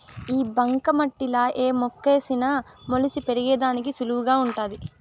ఈ బంక మట్టిలా ఏ మొక్కేసిన మొలిసి పెరిగేదానికి సులువుగా వుంటాది